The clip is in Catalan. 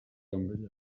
amb